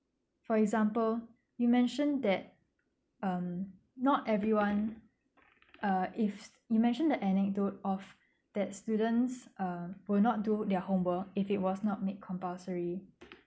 for example you mentioned that um not everyone uh if you mentioned that anecdote of that students uh will not do their homework if it was not made compulsory